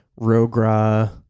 Rogra